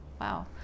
wow